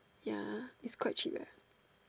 ya is quite cheap eh